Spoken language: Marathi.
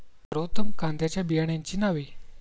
सर्वोत्तम कांद्यांच्या बियाण्यांची नावे?